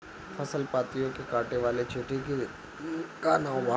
फसल पतियो के काटे वाले चिटि के का नाव बा?